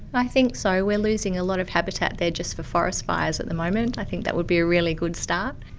i think so. we are losing a lot of habitat there just for forest fires at the moment, i think that would be a really good start.